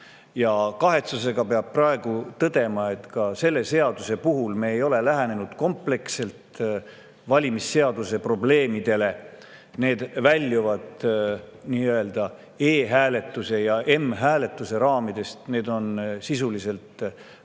Kahetsusega peab aga praegu tõdema, et ka selle seaduse puhul me ei ole lähenenud kompleksselt valimisseaduse probleemidele, need väljuvad e‑hääletuse ja m-hääletuse raamidest, need on sisuliselt põhiseaduslikud